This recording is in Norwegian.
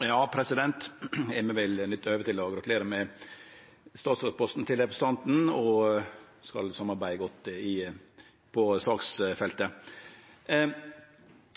vil òg nytte høvet til å gratulere Barth Eide med statsrådsposten. Vi skal samarbeide godt på saksfeltet.